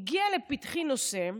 הגיע לפתחי נושא,